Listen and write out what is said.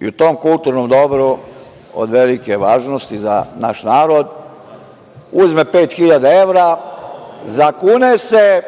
i u tom kulturnom dobru od velike važnosti za naš narod, uzme 5.000 evra, zakune se